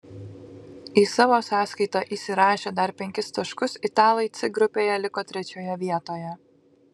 į savo sąskaitą įsirašę dar penkis taškus italai c grupėje liko trečioje vietoje